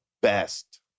best